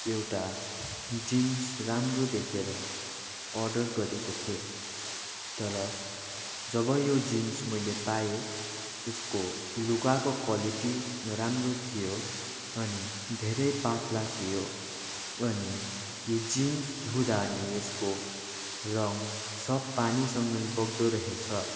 एउटा जिन्स राम्रो देखेर अर्डर गरेको थिएँ तर जब यो जिन्स मैले पाएँ यसको लुगाको क्वालिटी नराम्रो थियो अनि धेरै पात्ला थियो अनि यो जिन्स धुँदा अनि यसको रङ सब पानीसँगै बग्दो रहेछ